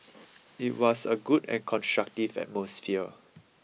it was a good and constructive atmosphere